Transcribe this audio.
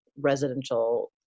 residential